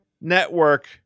Network